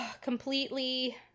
Completely